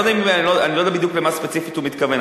אני לא יודע למה בדיוק, ספציפית, הוא מתכוון.